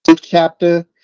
Chapter